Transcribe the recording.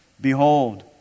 Behold